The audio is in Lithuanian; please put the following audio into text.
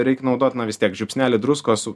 reik naudot na vis tiek žiupsnelį druskos